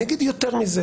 אני אגיד יותר מזה.